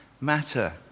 matter